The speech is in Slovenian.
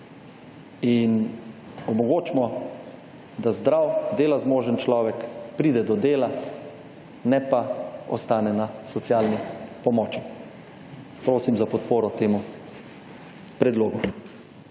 In omogočimo, da zdrav, dela zmožen človek pride do dela ne pa ostane na socialni pomoči. Prosim za podporo temu predlogu.